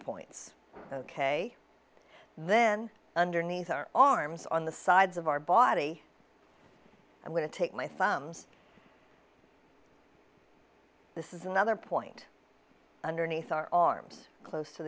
points ok then underneath our arms on the sides of our body i'm going to take my thumbs this is another point underneath our arms close to